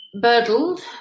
burdled